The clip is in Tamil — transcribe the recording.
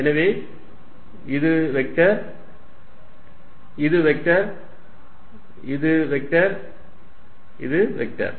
எனவே இது வெக்டர் இது வெக்டர் இது வெக்டர் இது வெக்டர்